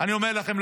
-- אני אומר לכם,